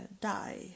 die